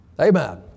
Amen